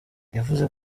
yavuze